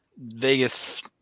Vegas